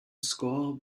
score